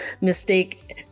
mistake